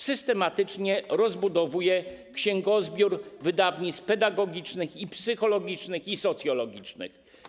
Systematycznie rozbudowuje księgozbiór wydawnictw pedagogicznych i psychologicznych oraz socjologicznych.